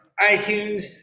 iTunes